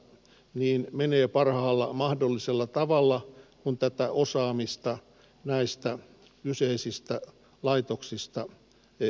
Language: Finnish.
wien menee parhaalla mahdollisella tavalla kun tätä osaamista näistä kyseisistä laitoksista ei